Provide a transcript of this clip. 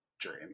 dream